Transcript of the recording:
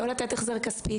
לא לתת החזר כספי.